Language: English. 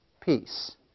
peace